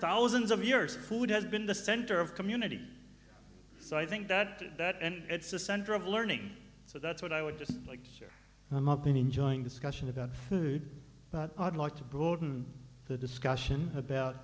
thousands of years food has been the center of community so i think that that and it's a center of learning so that's what i would just like to share i'm up in enjoying discussion about food but i'd like to broaden the discussion about